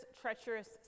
treacherous